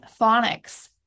phonics